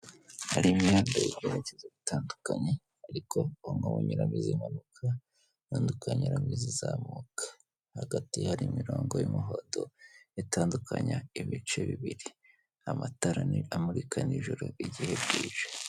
Hari imihanda y'ibyerekezo bitandukanye, ariko unuramo imodoka zimanuka nizimunuka. hagati hari imirongo y'umuhondo itandukanya ibice bibiri, n’ amatara amurika nijoro igihe bwije.